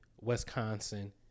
Wisconsin